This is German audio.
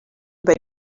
über